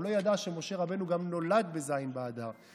הוא לא ידע שמשה רבנו גם נולד בז' באדר.